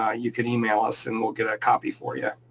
ah you can email us and we'll get a copy for you.